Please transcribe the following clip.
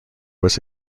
was